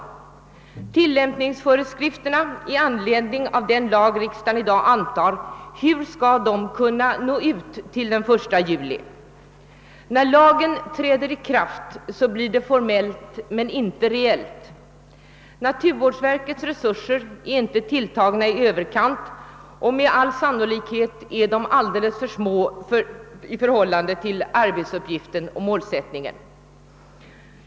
Hur skall tillämpningsföreskrifterna i anledning av den lag riksdagen i dag antar kunna nå ut till den 1 juli? När lagen träder i kraft blir det formellt, men inte reellt. Naturvårdsverkets resurser är inte tilltagna i överkant, och med all sannolikhet är de alldeles för små i förhållande till arbetsuppgiften och målsättningen.